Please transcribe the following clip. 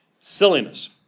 silliness